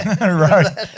Right